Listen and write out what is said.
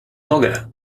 mogę